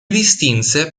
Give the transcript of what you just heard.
distinse